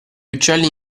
uccelli